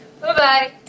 Bye-bye